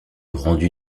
rendu